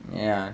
ya